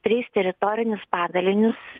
tris teritorinius padalinius